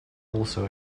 also